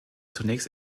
zunächst